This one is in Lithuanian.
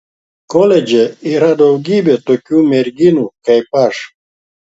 koledže yra daugybė tokių merginų kaip aš